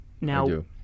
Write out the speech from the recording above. Now